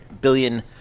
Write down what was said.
billion